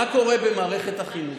מה קורה במערכת החינוך?